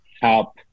help